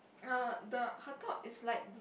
uh the her top is light blue